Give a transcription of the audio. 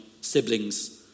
siblings